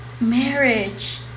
marriage